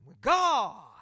God